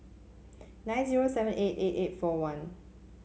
nine zero seven eight eight eight four one